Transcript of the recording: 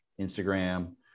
Instagram